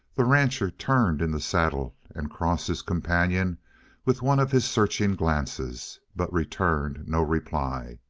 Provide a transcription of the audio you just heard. the rancher turned in the saddle and crossed his companion with one of his searching glances, but returned no reply.